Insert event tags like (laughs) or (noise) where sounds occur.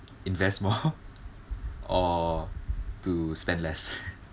invest more (laughs) or to spend less